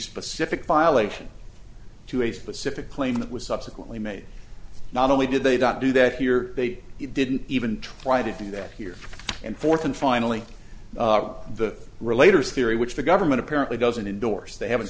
specific violation to a specific claim that was subsequently made not only did they not do that here they didn't even try to do that here and fourth and finally the relator theory which the government apparently doesn't endorse they haven't